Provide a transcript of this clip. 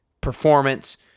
performance